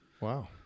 Wow